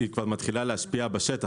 היא כבר מתחילה להשפיע בשטח,